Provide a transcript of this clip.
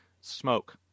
smoke